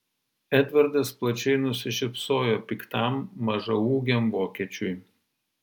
edvardas plačiai nusišypsojo piktam mažaūgiam vokiečiui